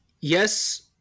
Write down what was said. yes